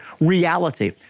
reality